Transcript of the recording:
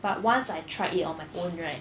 but once I tried it on my own right